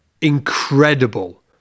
Incredible